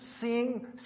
seeing